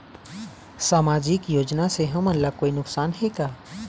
सामाजिक योजना से हमन ला कोई नुकसान हे का?